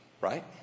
Right